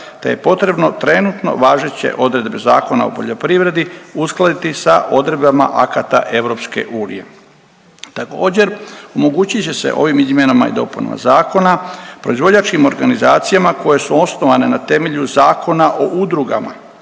te je potrebno trenutno važeće odredbe Zakona o poljoprivredi uskladiti sa odredbama akata EU. Također omogućit će se ovim izmjenama i dopunama zakona proizvođačkim organizacijama koje su osnovane na temelju Zakona o udrugama